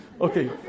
Okay